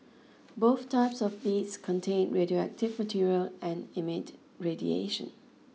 both types of beads contain radioactive material and emit radiation